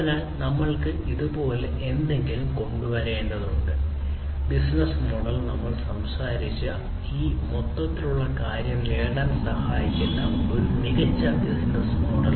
അതിനാൽ നമുക്ക് ഇതുപോലുള്ള എന്തെങ്കിലും കൊണ്ടുവരേണ്ടതുണ്ട് ബിസിനസ് മോഡൽ നമ്മൾ സംസാരിച്ച ഈ മൊത്തത്തിലുള്ള കാര്യം നേടാൻ സഹായിക്കുന്ന ഒരു മികച്ച ബിസിനസ്സ് മോഡൽ